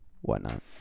whatnot